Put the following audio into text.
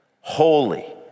holy